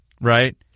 right